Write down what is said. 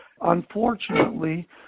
Unfortunately